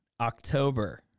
October